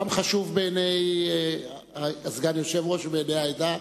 גם חשוב בעיני סגן היושב-ראש ובעיני העדה,